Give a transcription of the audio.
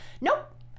Nope